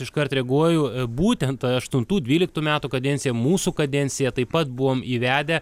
iškart reaguoju būtent aštuntų dvyliktų metų kadencija mūsų kadencija taip pat buvom įvedę